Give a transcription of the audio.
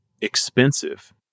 expensive